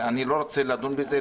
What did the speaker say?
אני לא רוצה לדון בזה,